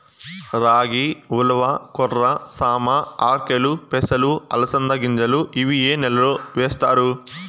రాగి, ఉలవ, కొర్ర, సామ, ఆర్కెలు, పెసలు, అలసంద గింజలు ఇవి ఏ నెలలో వేస్తారు?